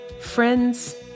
Friends